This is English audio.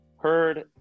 heard